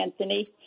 Anthony